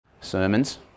sermons